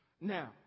Now